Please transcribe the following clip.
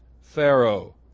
Pharaoh